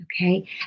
Okay